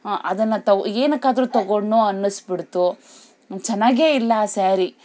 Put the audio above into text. ಅದನ್ನು ತಗೊ ಏತಕ್ಕಾದ್ರೂ ತಗೊಂಡನೋ ಅನ್ನಿಸ್ಬಿಡ್ತು ಚೆನ್ನಾಗೆ ಇಲ್ಲ ಆ ಸ್ಯಾರಿ